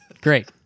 great